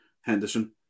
Henderson